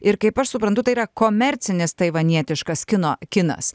ir kaip aš suprantu tai yra komercinis taivanietiškas kino kinas